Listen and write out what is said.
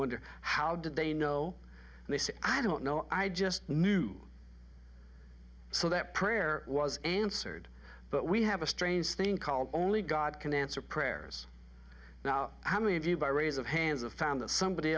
wonder how did they know and they say i don't know i just knew so that prayer was answered but we have a strange thing called only god can answer prayers now how many of you by rays of hands of found that somebody